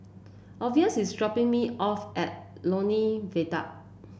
Orvis is dropping me off at Lornie Viaduct